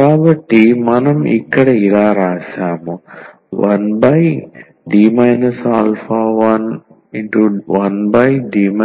కాబట్టి మనం ఇక్కడ ఇలా వ్రాసాము 1D 11D 21X